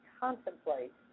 contemplate